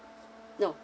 no